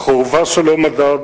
חורבה שלא מדד,